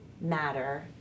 matter